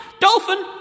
dolphin